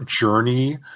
journey